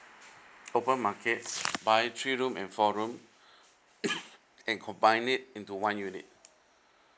open market buying three room and four room and combine it into one unit